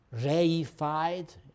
reified